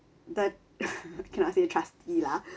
the cannot say trusty lah